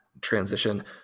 transition